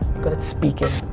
good at speaking.